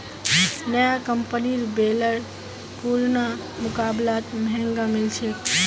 नया कंपनीर बेलर पुरना मुकाबलात महंगा मिल छेक